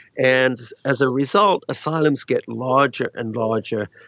and as a result asylums get larger and larger.